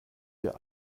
hier